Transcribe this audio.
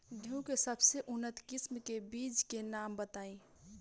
गेहूं के सबसे उन्नत किस्म के बिज के नाम बताई?